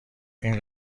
این